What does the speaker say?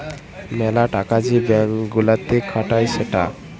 মেলা টাকা যে ব্যাঙ্ক গুলাতে খাটায় সেটা